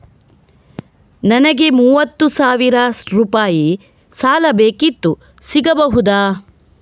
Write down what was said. ನನಗೆ ಮೂವತ್ತು ಸಾವಿರ ರೂಪಾಯಿ ಸಾಲ ಬೇಕಿತ್ತು ಸಿಗಬಹುದಾ?